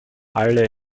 alle